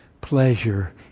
pleasure